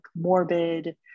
morbid